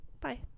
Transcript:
bye